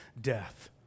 death